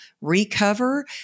recover